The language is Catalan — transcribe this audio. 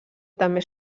també